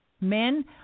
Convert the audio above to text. Men